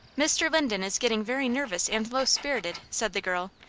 mr. linden is getting very nervous and low-spirited, said the girl,